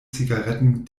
zigaretten